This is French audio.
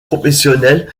professionnelle